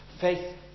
faith